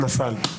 נפל.